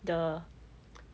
the